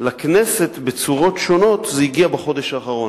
לכנסת, בצורות שונות, זה הגיע בחודש האחרון,